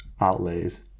outlays